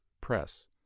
Press